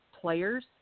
players